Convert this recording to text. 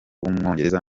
w’umwongereza